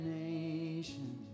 nation